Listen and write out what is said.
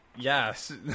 Yes